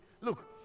Look